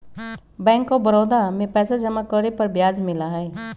bank of Baroda में पैसा जमा करे पर ब्याज मिला हई